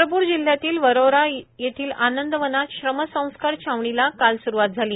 चंद्रप्र जिल्ह्यातील वरोरा येथील आनंदवनात श्रमसंस्कार छावणीला काल स्रवात झाली